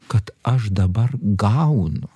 kad aš dabar gaunu